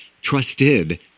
trusted